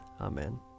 Amen